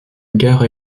gare